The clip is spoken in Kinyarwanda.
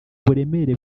uburemere